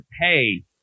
pay